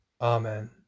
Amen